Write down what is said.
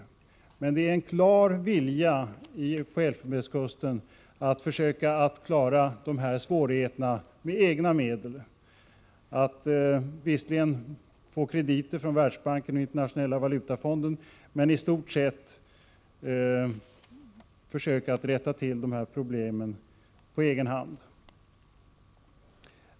Det finns emellertid en klar vilja i Elfenbenskusten att försöka klara svårigheterna med egna medel. Visserligen får man krediter från Världsbanken och från Internationella valutafonden, men i stort sett försöker man rätta till problemen på egen hand.